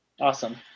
Awesome